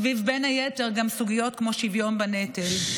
בין היתר גם סביב סוגיות כמו שוויון בנטל.